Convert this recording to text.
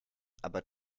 aber